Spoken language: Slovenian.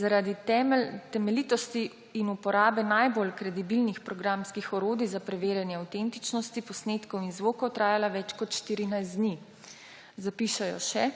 zaradi temeljitosti in uporabe najbolj kredibilnih programskih orodij za preverjanje avtentičnosti posnetkov in zvokov trajala več kot 14 dni«. Zapišejo še: